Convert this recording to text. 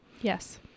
Yes